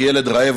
כי ילד רעב,